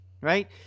right